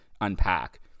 unpack